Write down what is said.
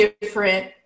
different